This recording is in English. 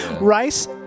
Rice